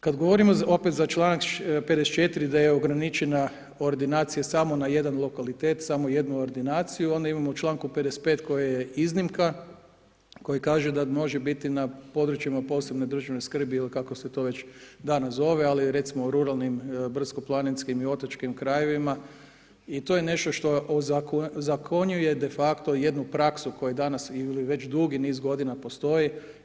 Kad govorimo opet za čl. 54. da je ograničena ordinacija samo na jedan lokalitet, samo jednu ordinaciju, onda imamo u čl. 55 koje je iznimka koji kaže da može biti na područjima posebne državne skrbi ili kako se to već danas zove, ali recimo ruralnim, brdsko-planinskim i otočkim krajevima i to je nešto što ozakonjuje defakto jednu praksu koja danas ili već dugi niz godina postoji.